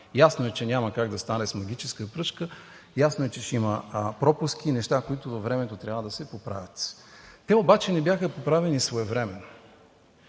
Ясно е, че няма как да стане с магическа пръчка. Ясно е, че ще има пропуски и неща, които във времето трябва да се поправят. Те обаче не бяха поправени своевременно.